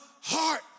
heart